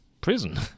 prison